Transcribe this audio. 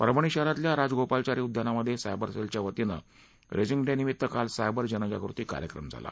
परभणी शहरातल्या राजगोपालाचारी उद्यानामध्ये सायबर सेलच्या वतीनं रेझिंग डे निमित्त काल सायबर जनजागृती कार्यक्रम झाला